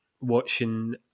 watching